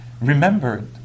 remembered